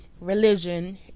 religion